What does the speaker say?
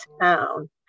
town